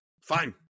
fine